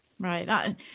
Right